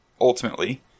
ultimately